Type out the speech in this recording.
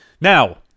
now